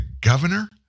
governor